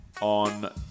on